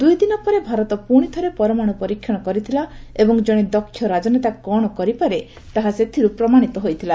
ଦୂଇଦିନ ପରେ ଭାରତ ପ୍ରଶି ଥରେ ପରମାଣ୍ର ପରୀକ୍ଷଣ କରିଥିଲା ଏବଂ ଜଣେ ଦକ୍ଷ ରାଜନେତା କ'ଣ କରିପାରେ ତାହା ସେଥିରୁ ପ୍ରମାଣିତ ହୋଇଥିଲା